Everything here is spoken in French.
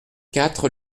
quatre